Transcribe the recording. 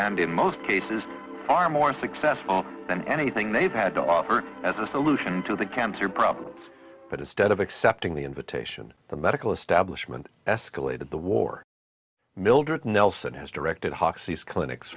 and in most cases are more successful than anything they've had to offer as a solution to the cancer problem but instead of accepting the invitation the medical establishment escalated the war mildred nelson has directed hawks clinics